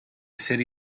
city